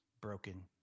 broken